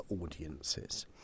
audiences